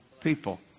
people